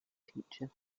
teacher